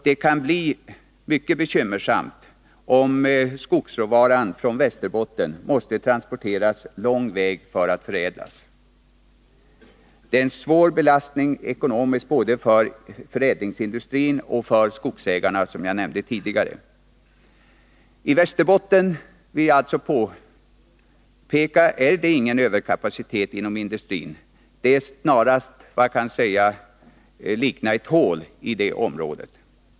Det kan bli mycket bekymmersamt om skogsråvaran från Västerbotten måste transporteras lång väg för att förädlas. Det är en svår belastning ekonomiskt både för förädlingsindustrin och, som jag nämnde tidigare, för skogsägarna. I Västerbotten är det alltså ingen överkapacitet inom industrin. Det liknar snarast ett hål i det området.